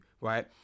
right